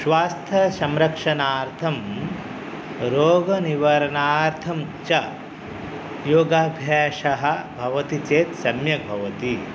स्वास्थशंरक्षणार्थं रोगनिवारणार्थं च योगाभ्यासः भवति चेत् सम्यक् भवति